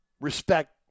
respect